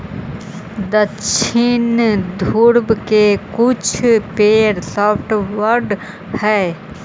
दक्षिणी ध्रुव के कुछ पेड़ सॉफ्टवुड हइ